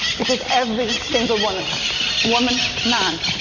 because every single one of us woman, man,